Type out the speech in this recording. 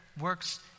works